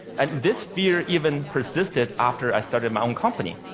and this fear even persisted after i started my own company.